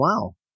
wow